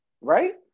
right